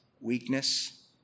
weakness